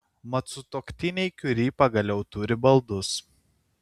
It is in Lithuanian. mat sutuoktiniai kiuri pagaliau turi baldus